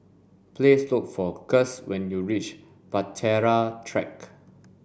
please look for Guss when you reach Bahtera Track